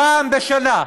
פעם בשנה,